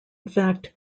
fact